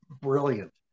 brilliant